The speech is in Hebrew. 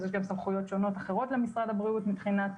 אז יש גם סמכויות שונות אחרות למשרד הבריאות מבחינת